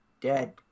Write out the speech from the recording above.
dead